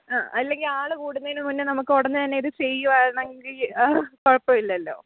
ആ അല്ലെങ്കിൽ ആൾ കൂടുന്നതിന് മുന്നെ നമുക്ക് ഉടനെത്തന്നെ ഇത് ചെയ്യുകയാണെകിൽ കുഴപ്പം ഇല്ലല്ലോ